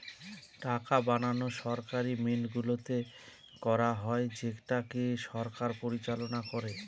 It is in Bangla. টাকা বানানো সরকারি মিন্টগুলোতে করা হয় যেটাকে সরকার পরিচালনা করে